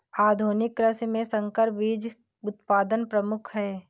आधुनिक कृषि में संकर बीज उत्पादन प्रमुख है